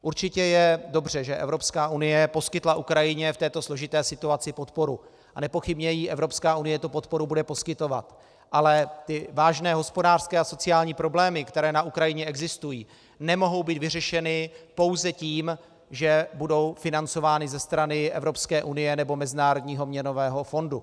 Určitě je dobře, že Evropská unie poskytla Ukrajině v této složité situaci podporu, a nepochybně jí Evropská unie bude tu podporu poskytovat, ale ty vážné hospodářské a sociální problémy, které na Ukrajině existují, nemohou být vyřešeny pouze tím, že budou financovány ze strany Evropské unie nebo Mezinárodního měnového fondu.